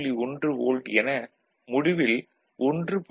1 volt என முடிவில் 1